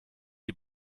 die